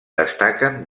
destaquen